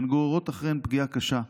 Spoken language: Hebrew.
והן גוררות אחריהן פגיעה קשה,